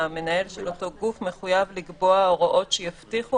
המנהל של אותו גוף מחויב לקבוע הוראות שיבטיחו